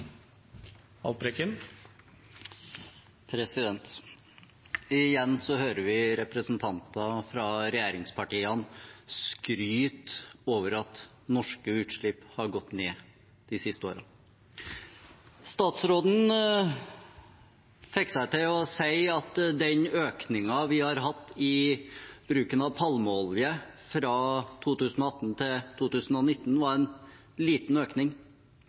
Igjen hører vi representanter fra regjeringspartiene skryte over at norske utslipp har gått ned de siste årene. Statsråden fikk seg til å si at den økningen vi har hatt i bruken av palmeolje fra 2018 til 2019, var en liten økning.